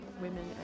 women